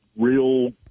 real